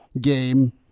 game